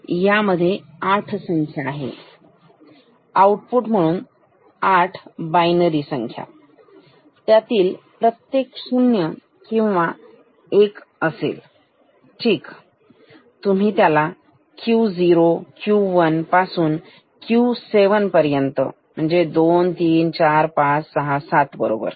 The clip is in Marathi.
तर यामध्ये 8 संख्या आहेत आउटपुट म्हणून 8 बायनरी संख्या त्यातील प्रत्येक शून्य किंवा एक असेल ठीक तुम्ही त्याला Q0 Q1 पासून Q7 पर्यंत 234567 बरोबर